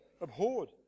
abhorred